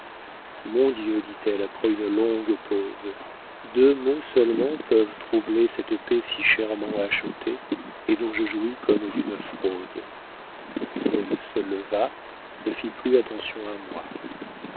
mon dieu dit-elle après une longue pause deux mots seulement peuvent troubler cette paix si chèrement achetée et dont je jouis comme d'une fraude elle se leva ne fit plus attention à moi